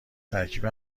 ترکیب